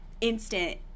instant